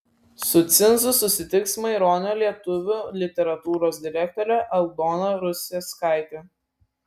su cinzu susitiks maironio lietuvių literatūros direktorė aldona ruseckaitė